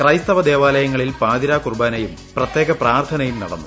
ക്രൈസ്തവ ദേവാലയങ്ങളിൽ പാതിര കുർബാനയും പ്രത്യേക പ്രാർത്ഥനയും നടന്നു